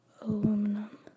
Aluminum